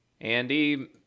Andy